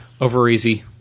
Overeasy